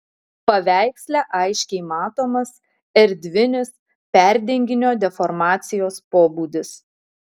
paveiksle aiškiai matomas erdvinis perdenginio deformacijos pobūdis